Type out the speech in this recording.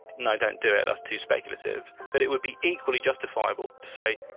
no don't do it, that's too speculative. but it would be equally justifiable to say,